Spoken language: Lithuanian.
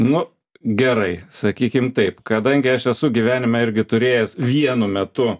nu gerai sakykim taip kadangi aš esu gyvenime irgi turėjęs vienu metu